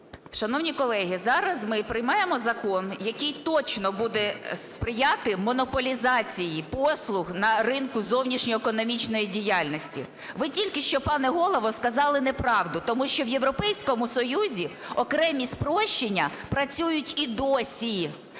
Шановні колеги, зараз ми приймаємо закон, який точно буде сприяти монополізації послуг на ринку зовнішньоекономічної діяльності. Ви тільки що, пане голово, сказали неправду, тому що в Європейському Союзі окремі спрощення працюють і досі.